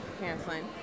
canceling